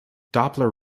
doppler